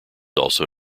also